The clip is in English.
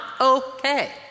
okay